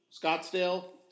Scottsdale